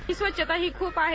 इथं स्वच्छताही खूप आहे